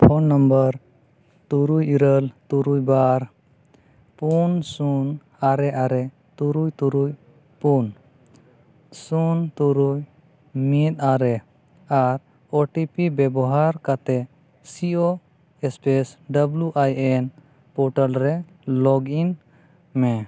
phone number ᱛᱩᱨᱩᱭ ᱤᱨᱟᱹᱞ ᱛᱩᱨᱩᱭ ᱵᱟᱨ ᱯᱩᱱ ᱥᱩᱱ ᱟᱨᱮ ᱟᱨᱮ ᱛᱩᱨᱩᱭ ᱛᱩᱨᱩᱭ ᱯᱩᱱ ᱥᱩᱱ ᱛᱩᱨᱩᱭ ᱢᱤᱫ ᱟᱨᱮ ᱟᱨ ᱳ ᱴᱤ ᱯᱤ ᱵᱮᱵᱷᱟᱨ ᱠᱟᱛᱮᱫ C O space W I N portal ᱨᱮ ᱞᱚᱜᱤᱱ ᱢᱮ